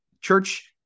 church